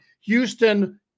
Houston